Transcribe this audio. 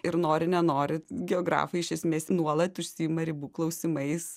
ir nori nenori geografai iš esmės nuolat užsiima ribų klausimais